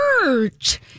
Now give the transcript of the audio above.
church